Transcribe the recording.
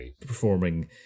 performing